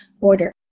order